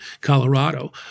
Colorado